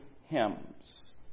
hymns